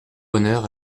bonheur